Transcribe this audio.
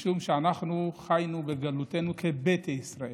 משום שאנחנו חיינו בגלותנו כביתא ישראל,